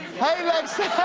hey lexa,